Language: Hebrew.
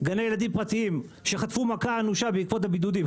גני ילדים פרטיים שחטפו מכה אנושה בעקבות הבידודים,